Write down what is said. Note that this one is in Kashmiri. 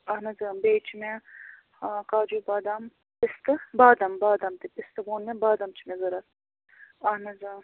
اہن حظ بیٚیہِ چھِ مےٚ کاجوٗ بادام پِستہٕ بادَم بادَم تہِ پِستہٕ ووٚن مےٚ بادَم چھِ مےٚ ضوٚرتھ اہن حظ